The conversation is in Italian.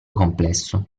complesso